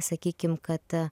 sakykim kad